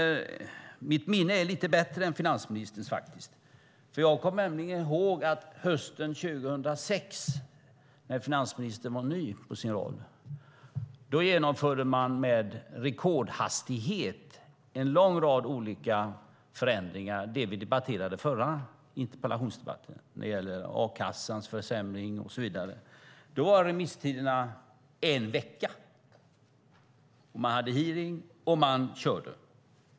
Mitt minne är lite bättre än finansministerns. Jag kommer nämligen ihåg att hösten 2006, när finansministern var ny i sin roll, genomförde man med rekordhastighet en lång rad olika förändringar. Det gällde det som vi debatterade i den förra interpellationsdebatten om a-kassans försämring och så vidare. Då var remisstiderna en vecka. Man hade hearing, och man körde.